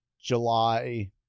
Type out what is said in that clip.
July